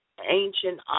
ancient